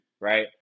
right